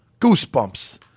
Goosebumps